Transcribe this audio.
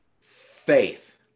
Faith